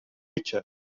pitcher